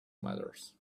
matters